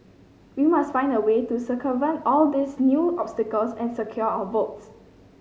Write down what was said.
we must find a way to circumvent all these new obstacles and secure our votes